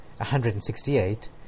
168